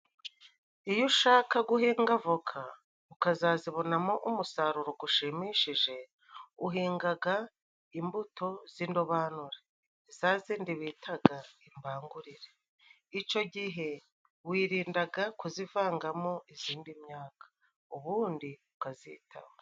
Iyo ushaka guhenga avoka ukazazibonamo umusaruro ushimishije, uhinga imbuto z'indobanure za zindi bita imbangurire, icyo gihe wirinda kuzivangamo indi myaka ubundi ukazitaho.